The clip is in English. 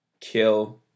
kill